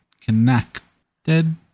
connected